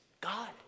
God